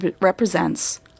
represents